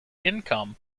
income